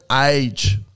age